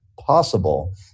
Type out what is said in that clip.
possible